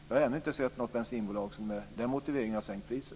Jag har ännu inte sett något bensinbolag som med den motiveringen har sänkt priset.